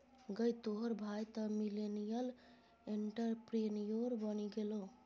गै तोहर भाय तँ मिलेनियल एंटरप्रेन्योर बनि गेलौ